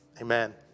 Amen